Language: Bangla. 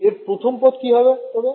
এর প্রথম পদ কি হবে তবে